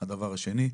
הדבר השני,